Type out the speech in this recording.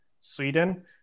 Sweden